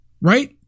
Right